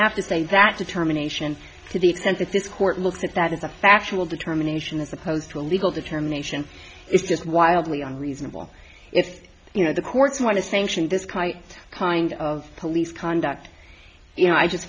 have to say that determination to the extent that this court looked at that as a factual determination as opposed to a legal determination is just wildly unreasonable if you know the courts want to thank this guy kind of police conduct you know i just